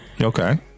Okay